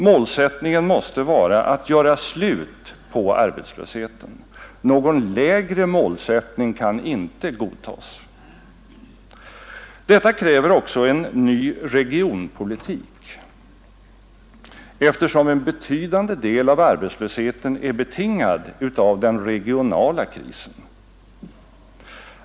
Målsättningen måste vara att göra slut på arbetslösheten. Någon lägre målsättning kan inte godtas. Detta kräver också en ny regionpolitik, eftersom en betydande del av arbetslösheten är betingad av den regionala krisen.